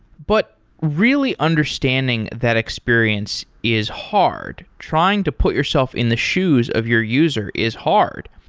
but really understanding that experience is hard. trying to put yourself in the shoes of your user is hard.